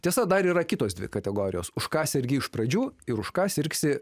tiesa dar yra kitos dvi kategorijos už ką sergi iš pradžių ir už ką sirgsi